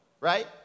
right